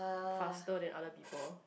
faster than other people